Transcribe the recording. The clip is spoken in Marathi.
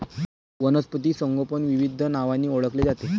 वनस्पती संगोपन विविध नावांनी ओळखले जाते